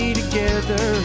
together